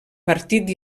partit